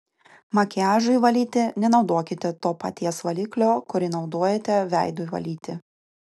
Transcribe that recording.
makiažui valyti nenaudokite to paties valiklio kurį naudojate veidui valyti